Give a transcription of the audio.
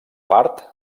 part